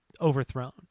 overthrown